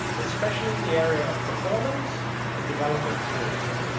especially in the area of performance and developer experience.